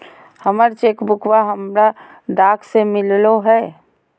हमर चेक बुकवा हमरा डाक से मिललो हे